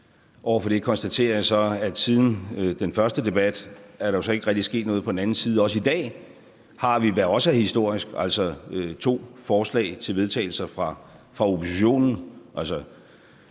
Over for det konstaterer jeg så, at siden den første debat er der ikke rigtig sket noget på den anden side, og i dag har vi, hvad der er historisk, altså to forslag til vedtagelse fra oppositionen.